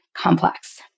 complex